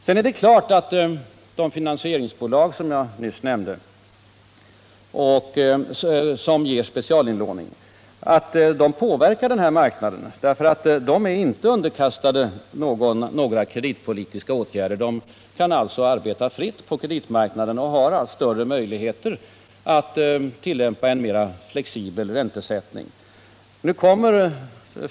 Det är klart att de finansieringsbolag som jag nyss nämnde och som ger specialinlåning påverkar marknaden. De är inte underkastade några kreditpolitiska åtgärder. De kan alltså arbeta fritt på kreditmarknaden och har alltså större möjligheter att tillämpa en mera flexibel räntesättning.